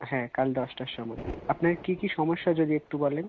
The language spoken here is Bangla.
হ্যাঁ কাল দশটার সময় আপনার কী কী সমস্যা যদি একটু বলেন